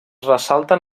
ressalten